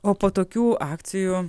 o po tokių akcijų